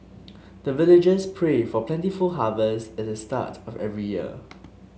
the villagers pray for plentiful harvest at the start of every year